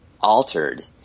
altered